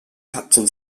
captain